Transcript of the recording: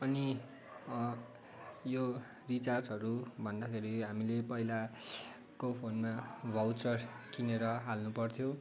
अनि यो रिचार्जहरू भन्दाखेरि हामीले पहिलाको फोनमा भाउचर किनेर हाल्नुपर्थ्यो